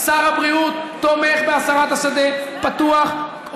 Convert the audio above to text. שר הבריאות תומך בהשארת השדה פתוח,